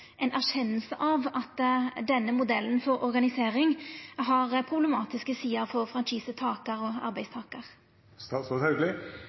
av at denne modellen for organisering har problematiske sider for